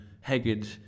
haggard